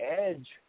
edge